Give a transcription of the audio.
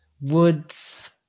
woods